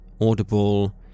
Audible